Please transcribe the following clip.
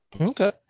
okay